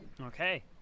Okay